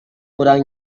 kurang